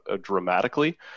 dramatically